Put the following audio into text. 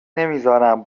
نمیزارم